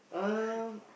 um